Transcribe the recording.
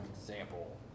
example